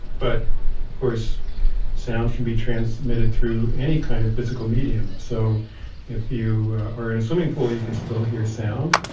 but course sound can be transmitted through any kind of physical medium. so if if you are in a swimming pool you can still hear sound.